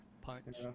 punch